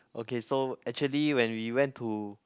okay so actually when we went to